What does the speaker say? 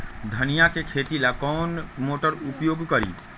धनिया के खेती ला कौन मोटर उपयोग करी?